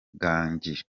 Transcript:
gangi